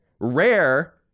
Rare